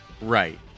Right